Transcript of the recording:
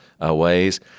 ways